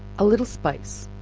a little spice